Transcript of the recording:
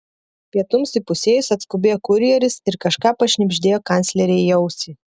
pietums įpusėjus atskubėjo kurjeris ir kažką pašnibždėjo kanclerei į ausį